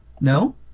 No